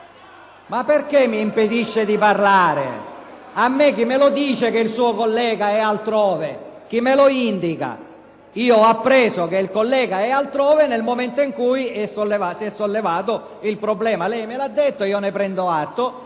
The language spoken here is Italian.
Perche´ mi impedisce di parlare? Chi me lo dice che il suo collega e altrove? Chi me lo indica? Io ho appreso che il collega era altrove nel momento in cui si esollevato il problema: lei me l’ha detto, io ne prendo atto